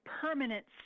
permanent